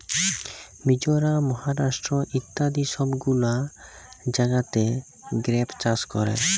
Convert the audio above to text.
মিজরাম, মহারাষ্ট্র ইত্যাদি সব গুলা জাগাতে গ্রেপ চাষ ক্যরে